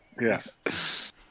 Yes